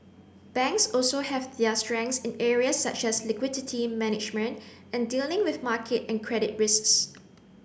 banks also have their strengths in areas such as liquidity management and dealing with market and credit risks